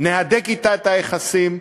נהדק אתה את היחסים,